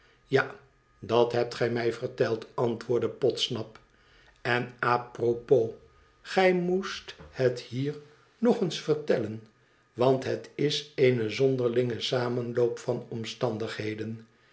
ja dat hebt gij mij verteld antwoordde podsnap en è propos gij moest het hier nog eens vertellen want het is eene zonderlinge samenloop van omstandigheden